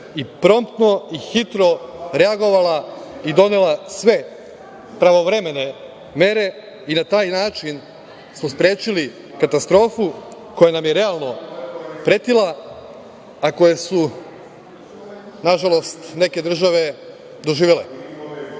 i promtno, i hitno reagovala i donela sve pravovremene mere i na taj način smo sprečili katastrofu koja nam je realno pretila, a koje su nažalost neke države doživele. Na